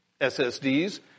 SSDs